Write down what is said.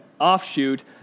Offshoot